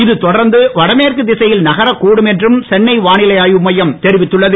இது தொடர்ந்து வடமேற்கு திசையில் நகரக் கூடும் என்றும் சென்னை வானிலை ஆய்வு மையம் தெரிவித்துள்ளது